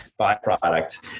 byproduct